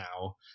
Now